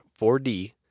4D